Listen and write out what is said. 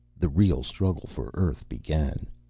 the real struggle for earth began.